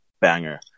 banger